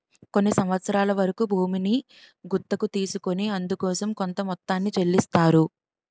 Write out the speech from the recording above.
కొన్ని సంవత్సరాల వరకు భూమిని గుత్తకు తీసుకొని అందుకోసం కొంత మొత్తాన్ని చెల్లిస్తారు